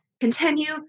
continue